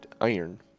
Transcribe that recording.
Iron